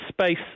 space